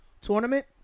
tournament